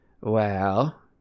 Well